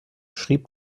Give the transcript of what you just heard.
schrieb